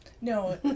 No